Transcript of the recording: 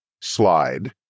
slide